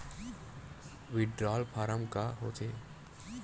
withdrawal form का होथेय